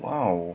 !wow!